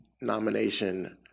nomination